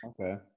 okay